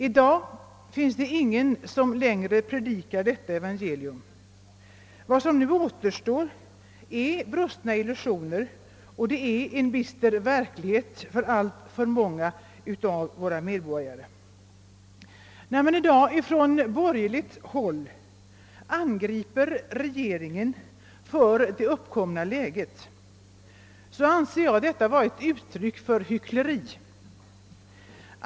I dag finns ingen som längre predikar detta evangelium. Vad som nu återstår är brustna illusioner och verkligheten är bister för alltför många av våra medborgare. Man angriper i dag från borgerligt håll regeringen för det uppkomna läget. Detta anser jag vara ett uttryck för hyckleri.